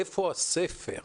איפה הספר,